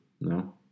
No